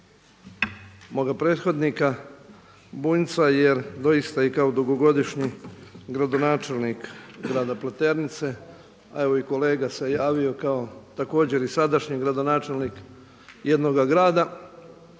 moga prethodnika Bunjca jer doista i kao dugogodišnji gradonačelnik grada Pleternice a evo i kolega se javio kao također i sadašnji gradonačelnik jednoga grada,